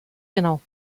genau